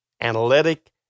analytic